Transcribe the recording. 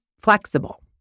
flexible